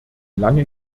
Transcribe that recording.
lange